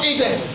Eden